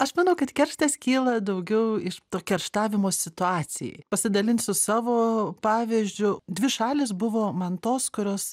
aš manau kad kerštas kyla daugiau iš to kerštavimo situacijai pasidalinsiu savo pavyzdžiu dvi šalys buvo man tos kurios